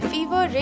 Fever